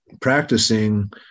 practicing